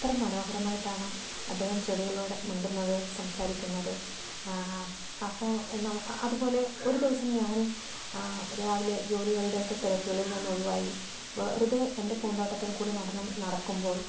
എത്ര മനോഹരമായിട്ടാണ് അദ്ദേഹം ചെടികളോട് മിണ്ടുന്നത് സംസാരിക്കുന്നത് അപ്പോൾ നമു അതുപോലെ ഒരു ദിവസം ഞാനും രാവിലെ ജോലികളുടെയൊക്കെ തിരക്കുകളിൽ നിന്ന് ഒഴിവായി വെറുതെ എൻ്റെ പൂന്തോട്ടത്തിൽ കൂടെ നടന്നും നടക്കുമ്പോൾ